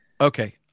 Okay